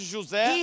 José